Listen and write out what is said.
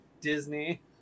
Disney